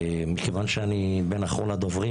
מכיוון שאני בין אחרון הדוברים,